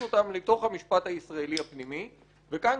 אותן לתוך המשפט הישראלי הפנימי וכאן,